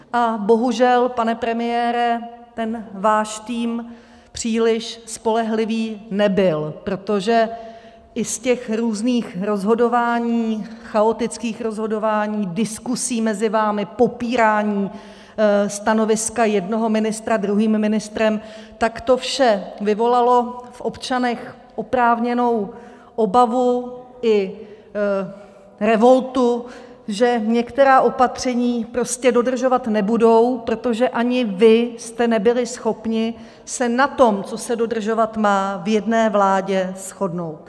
A bohužel, pane premiére, ten váš tým příliš spolehlivý nebyl, protože i z těch různých rozhodování, chaotických rozhodování, diskusí mezi vámi, popírání stanoviska jednoho ministra druhým ministrem, tak to vše vyvolalo v občanech oprávněnou obavu i revoltu, že některá opatření prostě dodržovat nebudou, protože ani vy jste nebyli schopni se na tom, co se dodržovat má, v jedné vládě shodnout.